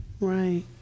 right